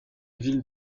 ville